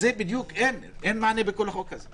עם המעסיק יחסי עבודה ובין שלא מתקיימים".